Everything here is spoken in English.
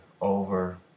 over